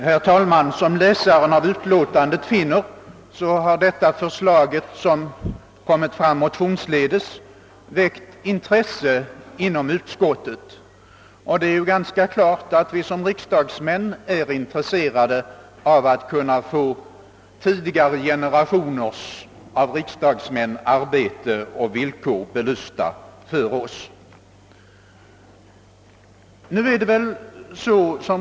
Herr talman! Som läsaren av utlåtandet finner har detta förslag, som förts fram motionsledes, väckt intresse inom utskottet. Det är ganska klart att vi som riksdagsmän är intresserade av att kunna få tidigare generationer riksdagsmäns arbete och villkor belysta för oss.